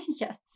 Yes